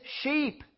sheep